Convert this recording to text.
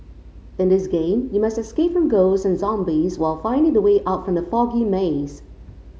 in this game you must escape from ghosts and zombies while finding the way out from the foggy maze